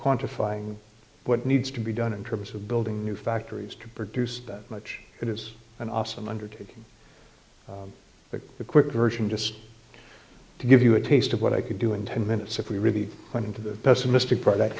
quantifying what needs to be done in terms of building new factories to produce that much it is an awesome undertaking but the quick version just to give you a taste of what i could do in ten minutes if we really went into the pessimistic pro